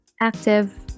active